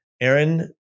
Aaron